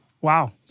Wow